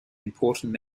important